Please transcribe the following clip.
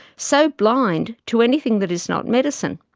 so blind to anything that is not medicine?